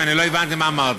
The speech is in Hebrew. ואני לא הבנתי מה אמרתם.